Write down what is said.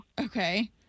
Okay